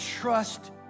trust